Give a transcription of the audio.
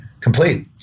complete